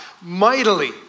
mightily